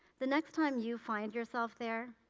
the next time you find yourself there,